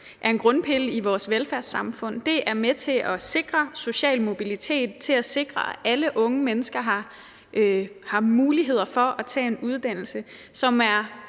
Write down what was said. er en grundpille i vores velfærdssamfund. Det er med til at sikre social mobilitet, til at sikre, at alle unge mennesker har muligheder for at tage en uddannelse, som gør